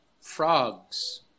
frogs